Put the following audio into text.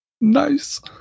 Nice